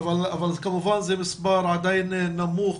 אבל כמובן זה מספר עדיין נמוך.